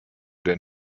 den